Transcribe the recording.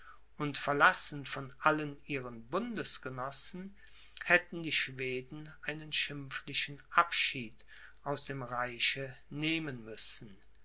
und verlassen von allen ihren bundesgenossen hätten die schweden einen schimpflichen abschied aus dem reiche nehmen müssen